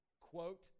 quote